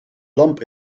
lamp